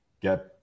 get